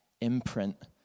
imprint